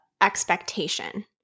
expectation